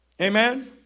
Amen